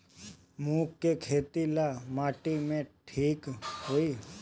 मूंग के खेती लाल माटी मे ठिक होई?